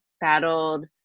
battled